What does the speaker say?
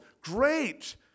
Great